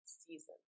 season